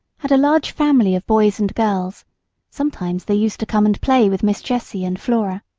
had a large family of boys and girls sometimes they used to come and play with miss jessie and flora.